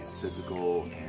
physical